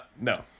no